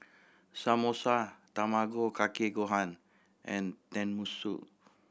Samosa Tamago Kake Gohan and Tenmusu